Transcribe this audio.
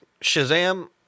Shazam